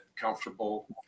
comfortable